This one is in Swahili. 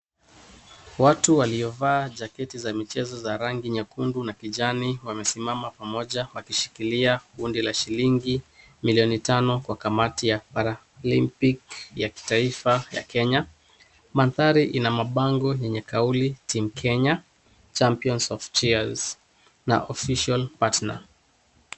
Watu waliovaa jaketi za michezo za rangi nyekundu na kijani wamesimama pamoja wakishikilia hundi la shilingi milioni tano kwa kamati la Paralympic ya kitaifa ya Kenya. Mandhari ina mabango yenye kauli Team Kenya Champions Of Cheers na Official Partner .